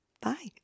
Bye